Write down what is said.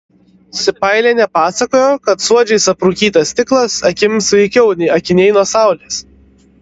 sipailienė pasakojo kad suodžiais aprūkytas stiklas akims sveikiau nei akiniai nuo saulės